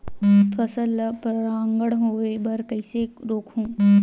फसल ल परागण होय बर कइसे रोकहु?